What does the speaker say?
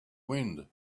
wind